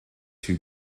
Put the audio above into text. two